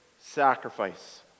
sacrifice